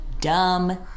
dumb